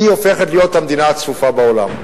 היא הופכת להיות המדינה הצפופה בעולם.